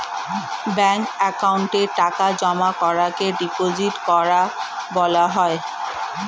ব্যাঙ্কের অ্যাকাউন্টে টাকা জমা করাকে ডিপোজিট করা বলা হয়